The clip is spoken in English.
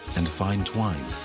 and fine twine.